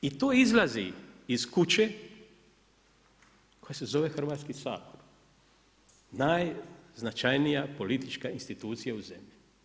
I to izlazi iz kuće koja se zove Hrvatski sabor, najznačajnija politička institucija u zemlji.